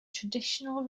traditional